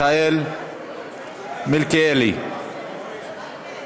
הצעות מס' 7888,